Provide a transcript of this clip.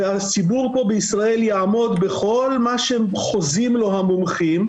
והציבור פה בישראל יעמוד בכל מה שחוזים לו המומחים,